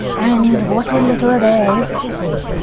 and what a little there is to see.